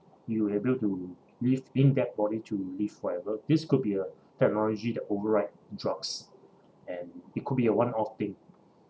you will able to live in that body to live forever this could be a technology that override drugs and it could be a one off thing